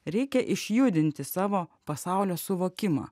reikia išjudinti savo pasaulio suvokimą